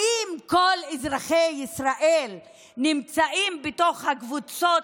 האם כל אזרחי ישראל נמצאים בתוך הקבוצות